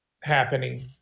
happening